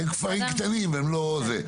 אלה כפרים קטנים והם לא מקבלים את אותם תנאים.